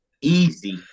easy